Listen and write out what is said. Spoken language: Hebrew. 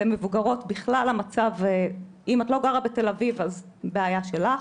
למבוגרות המצב בכלל הוא שאם את לא גרה בתל אביב - בעיה שלך.